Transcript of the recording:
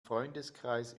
freundeskreis